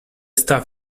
stuff